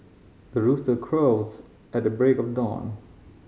the rooster crows at the break of dawn